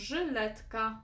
Żyletka